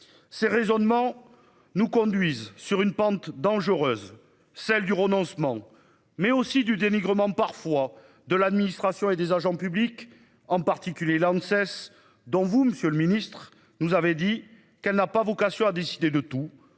Ces raisonnements nous conduisent sur une pente dangereuse celle du renoncement, mais aussi du dénigrement parfois de l'administration et des agents publics en particulier Lanxess. Dont vous Monsieur le Ministre nous avait dit qu'elle n'a pas vocation à décider de tout